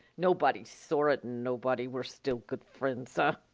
nobody's sore at nobody. we're still good frien's, huh?